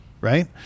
right